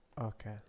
okay